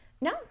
No